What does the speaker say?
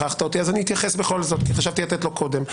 הכרחת אותי אז אני אתייחס בכל זאת כי חשבתי לתת לו קודם.